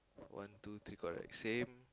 one two three correct same